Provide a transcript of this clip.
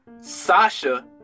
Sasha